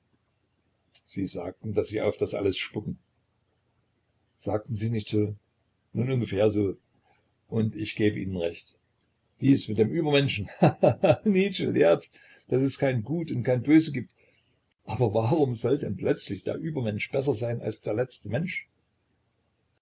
sie sagten daß sie auf dies alles spucken sagten sie nicht so nun ungefähr so und ich gebe ihnen recht dies mit dem übermenschen ha ha ha nietzsche lehrt daß es kein gut und kein böse gibt aber warum soll denn plötzlich der übermensch besser sein wie der letzte mensch